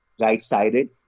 right-sided